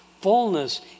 fullness